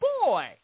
boy